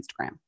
Instagram